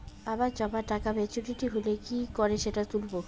আমার জমা টাকা মেচুউরিটি হলে কি করে সেটা তুলব?